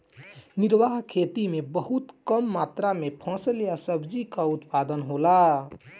निर्वाह खेती में बहुत कम मात्र में फसल या सब्जी कअ उत्पादन होला